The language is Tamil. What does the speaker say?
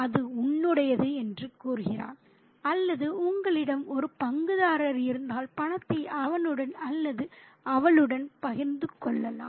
அது உன்னுடையது என்று கூறுகிறான் அல்லது உங்களிடம் ஒரு பங்குதாரர் இருந்தால் பணத்தை அவனுடன் அல்லது அவளுடன் பகிர்ந்து கொள்ளலாம்